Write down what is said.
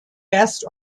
best